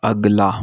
अगला